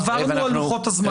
עברנו על לוחות הזמנים.